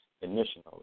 initially